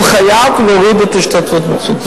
הוא חייב להוריד את ההשתתפות העצמית,